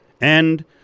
and-